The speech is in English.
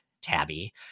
Tabby